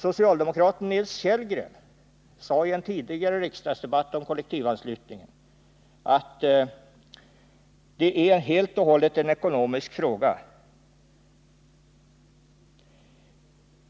Socialdemokraten Nils Kellgren sade i en tidigare riksdagsdebatt om kollektivanslutningen att det är helt och hållet en ekonomisk fråga.